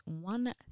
one